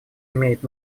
имеет